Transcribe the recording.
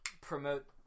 promote